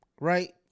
right